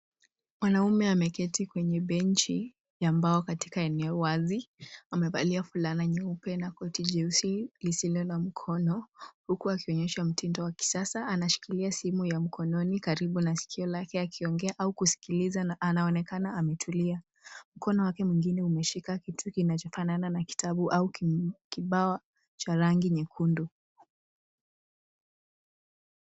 Mwanaume ameketi kwenye benji ya mbao katika eneo wazi .Amevalia fulana nyeupe na koti nyeusi lililo na mkono huku akionyesha mtindo wa kisasa. Anashikilia simu ya mkononi karibu na sikio lake akiongea au kusikiliza. Anaonekana ametulia. Mkono wake mwingine umeshika kitu kinachofanana na kitabu au kibawa cha rangi nyekundu.